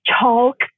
chalk